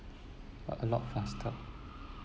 uh a lot faster